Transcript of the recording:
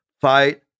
fight